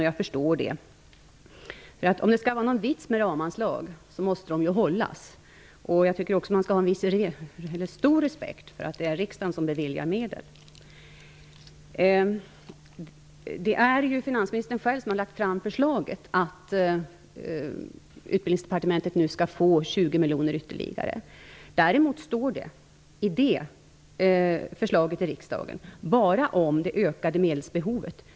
Jag förstår det. Om det skall vara någon vits med ramanslag måste man hålla sig inom dem. Jag tycker också att man skall ha stor respekt för att det är riksdagen som beviljar medel. Det är finansministern själv som har lagt fram förslaget att Utbildningsdepartementet nu skall få 20 miljoner ytterligare. Däremot står det i förslaget till riksdagen enbart om det ökade medelsbehovet.